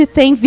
tem